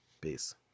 Peace